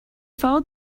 followed